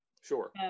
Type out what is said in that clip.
sure